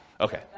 Okay